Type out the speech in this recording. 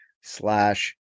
slash